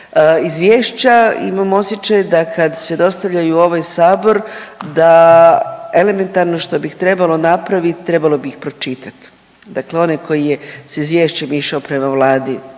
Izvješća imam osjećaj da kad se dostavljaju u ovaj sabor da elementarno što bi trebalo napravit trebalo bi ih pročitat, dakle onaj koji je s izvješćem išao prema Vladi